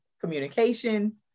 communication